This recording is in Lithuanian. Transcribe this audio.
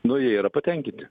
nu jie yra patenkinti